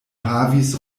havis